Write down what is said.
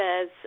says